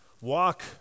walk